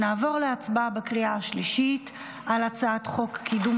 נעבור להצבעה בקריאה השלישית על הצעת חוק לקידום